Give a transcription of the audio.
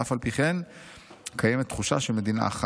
ואף על פי כן קיימת תחושה של מדינה אחת.